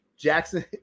Jackson